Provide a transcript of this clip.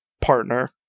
partner